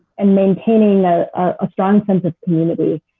and maintaining a strong sense of community.